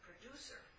producer